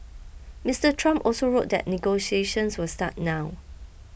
Mister Trump also wrote that negotiations will start now